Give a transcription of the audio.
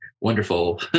wonderful